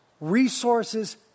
resources